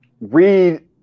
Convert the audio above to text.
read